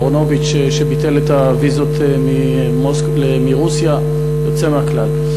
אהרונוביץ, שביטל את הוויזות מרוסיה, יוצא מהכלל.